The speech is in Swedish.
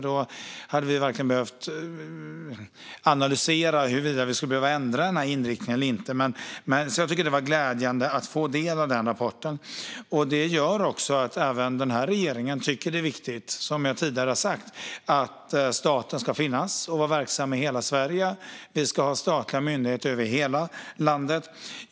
Då hade vi verkligen behövt analysera huruvida vi skulle behöva ändra inriktningen eller inte. Det var glädjande att få del av rapporten. Det gör att också den här regeringen, som jag tidigare har sagt, tycker att det är viktigt att staten ska finnas och vara verksam i hela Sverige. Vi ska ha statliga myndigheter över hela landet.